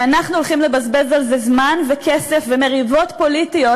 ואנחנו הולכים לבזבז על זה זמן וכסף ומריבות פוליטיות